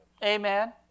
Amen